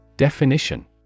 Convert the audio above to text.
Definition